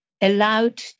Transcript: allowed